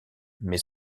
mais